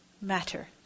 matter